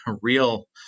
real